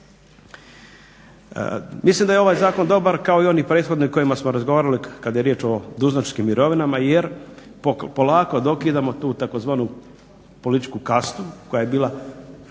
Mislim da je ovaj zakon dobar kao i oni prethodni o kojima smo razgovarali kad je riječ o dužnosničkim mirovinama jer polako dokidamo tu tzv. političku klasu koja je bila,